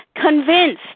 convinced